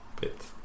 bit